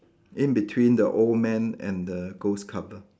in between the old man and the ghost cover